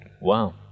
Wow